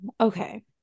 okay